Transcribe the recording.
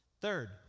Third